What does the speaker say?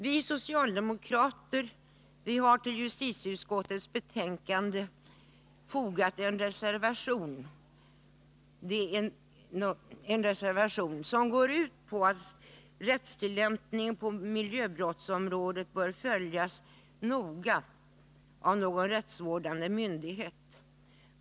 Vi socialdemokrater har till justitieutskottets betänkande fogat en reservation, som går ut på att rättstillämpningen på miljöbrottsområdet bör följas noga av någon rättsvårdande myndighet.